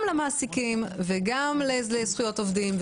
גם למעסיקים וגם לזכויות עובדים,